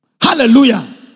Hallelujah